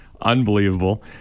unbelievable